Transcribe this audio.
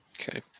Okay